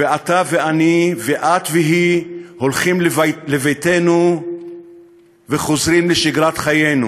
ואתה ואני ואת והיא הולכים לבתינו וחוזרים לשגרת חיינו.